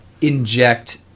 inject